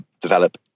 develop